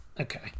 okay